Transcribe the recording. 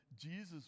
Jesus